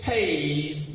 Pays